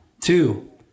Two